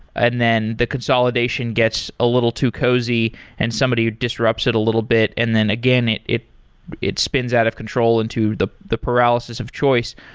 and then the consolidation gets a little too cozy and somebody disrupts it a little bit and then again it it spins out of control into the the paralysis of choice.